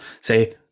say